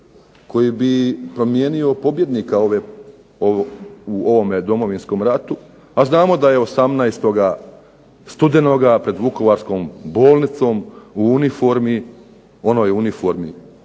koji bi promijenio pobjednika u ovom Domovinskom ratu, a znamo da je 18. studenoga pred vukovarskom bolnicom u uniformi, onoj uniformi